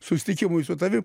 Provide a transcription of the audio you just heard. susitikimui su tavim